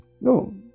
no